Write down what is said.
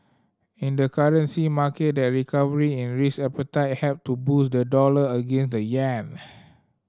in the currency market the recovery in risk appetite helped to boost the dollar against the yen